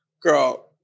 Girl